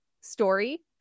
story